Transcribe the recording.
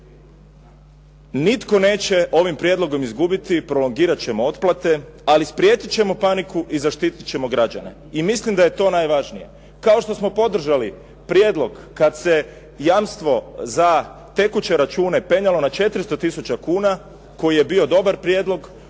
Nitko neće ovim prijedlogom izgubiti, prolongirati ćemo otplate, ali spriječit ćemo paniku i zaštiti ćemo građane. I mislim da je to najvažnije. Kao što smo podržali prijedlog kada se jamstvo za tekuće račune penjalo na 400 tisuća kuna, koji je bio dobar prijedlog,